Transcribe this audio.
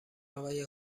آقای